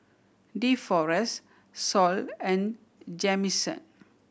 Deforest Sol and Jamison